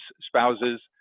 spouses